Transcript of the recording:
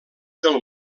del